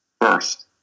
first